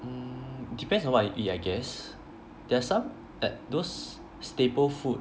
um depends on what you eat I guess there are some like those staple food